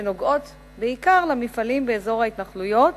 שנוגעות בעיקר למפעלים באזור ההתנחלויות